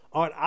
on